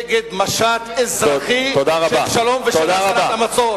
נגד משט אזרחי של שלום ושל הסרת המצור.